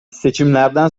seçimlerden